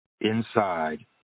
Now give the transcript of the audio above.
inside